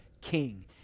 king